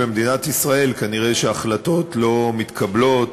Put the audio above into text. במדינת ישראל כנראה החלטות לא מתקבלות